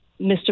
Mr